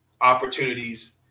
opportunities